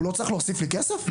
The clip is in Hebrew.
הוא לא צריך להוסיף לי כסף?